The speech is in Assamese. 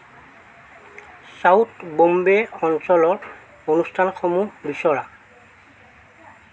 চাউথ ব'ম্বে অঞ্চলৰ অনুষ্ঠানসমূহ বিচৰা